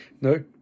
No